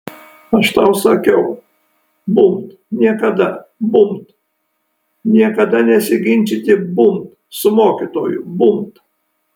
aš tau sakiau bumbt niekada bumbt niekada nesiginčyti bumbt su mokytoju bumbt